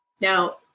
Now